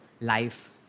life